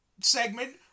segment